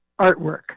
artwork